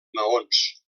maons